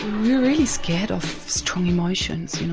really scared of strong emotions, you know,